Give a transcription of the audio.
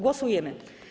Głosujemy.